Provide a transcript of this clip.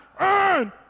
earn